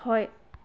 হয়